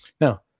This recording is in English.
Now